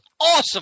awesome